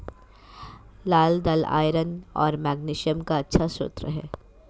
लाल दालआयरन और मैग्नीशियम का अच्छा स्रोत है